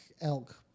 elk